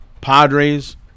Padres